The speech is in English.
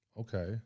Okay